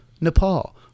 Nepal